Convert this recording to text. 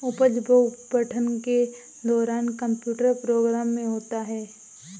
उपज बहु पठन के दौरान कंप्यूटर प्रोग्राम में होता है